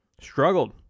struggled